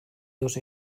dos